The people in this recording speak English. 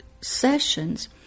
sessions